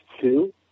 two